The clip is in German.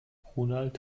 ronald